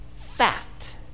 fact